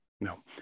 no